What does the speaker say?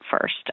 first